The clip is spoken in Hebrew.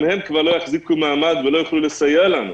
גם הם כבר לא יחזיקו מעמד ולא יוכלו לסייע לנו.